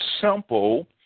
simple